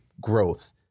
growth